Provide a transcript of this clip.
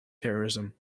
terrorism